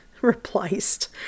replaced